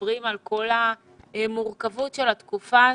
מדברים על כל המורכבות של התקופה הזו,